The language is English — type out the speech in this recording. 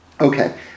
Okay